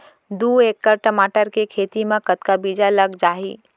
दू एकड़ टमाटर के खेती मा कतका बीजा लग जाही?